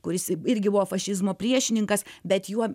kuris irgi buvo fašizmo priešininkas bet juo